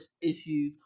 issues